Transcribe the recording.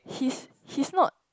he's he's not